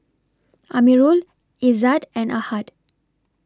Amirul Izzat and Ahad